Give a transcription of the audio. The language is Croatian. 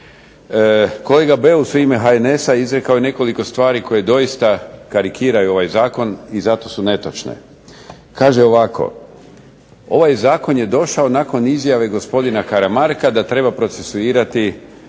Kolega Beus u ime HNS-a izrekao je nekoliko stvari koje doista karikiraju ovaj zakon i zato su netočne. Kaže ovako: "Ovaj zakon je došao nakon izjave gospodina Karamarka da treba procesuirati